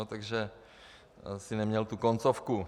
Takže asi neměl tu koncovku.